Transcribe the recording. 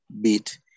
beat